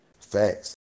Facts